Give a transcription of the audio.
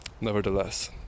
nevertheless